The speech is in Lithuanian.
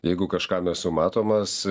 jeigu kažkam esu matomas